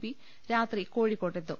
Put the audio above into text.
P രാത്രി കോഴിക്കോട്ടെത്തും